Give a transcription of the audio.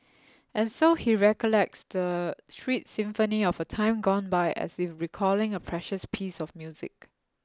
and so he recollects the street symphony of a time gone by as if recalling a precious piece of music